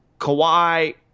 Kawhi